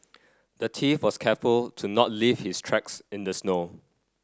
the thief was careful to not leave his tracks in the snow